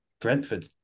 Brentford